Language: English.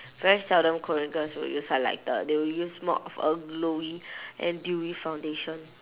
very seldom korean girls will use highlighter they will use more of a glowy and dewy foundation